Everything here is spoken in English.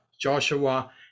Joshua